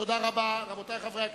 תודה רבה, רבותי חברי הכנסת.